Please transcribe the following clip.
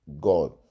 God